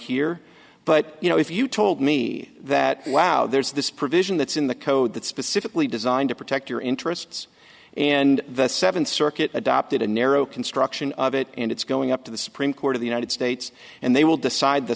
here but you know if you told me that wow there's this provision that's in the code that's specifically designed to protect your interests and the seventh circuit adopted a narrow construction of it and it's going up to the supreme court of the united states and they will decide the